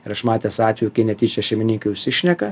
ir aš matęs atvejų kai netyčia šeimininkai užsišneka